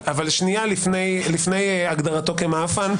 שנייה לפני הגדרתו כ"מעאפן",